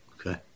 Okay